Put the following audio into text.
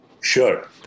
Sure